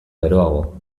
beroago